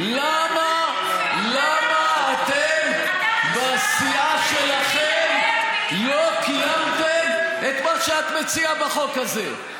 למה אתם בסיעה שלכם לא קיימתם את מה שאת מציעה בחוק הזה?